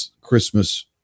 Christmas